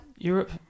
europe